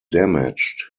damaged